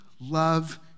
love